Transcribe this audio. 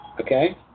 Okay